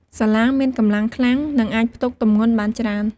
សាឡាងមានកម្លាំងខ្លាំង និងអាចផ្ទុកទម្ងន់បានច្រើន។